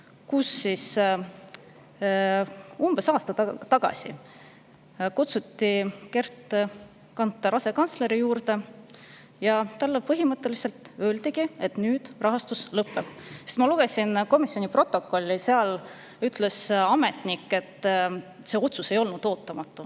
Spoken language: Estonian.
küsitav. Umbes aasta tagasi kutsuti Gerd Kanter asekantsleri juurde ja talle põhimõtteliselt öeldi, et nüüd rahastus lõpeb. Ma lugesin komisjoni protokollist, et ametnik ütles, et see otsus ei olnud ootamatu.